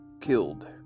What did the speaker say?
killed